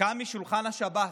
קם משולחן השבת,